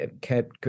kept